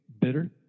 bitter